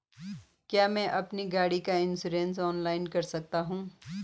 क्या मैं अपनी गाड़ी का इन्श्योरेंस ऑनलाइन कर सकता हूँ?